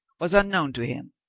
was unknown to him.